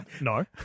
No